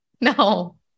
No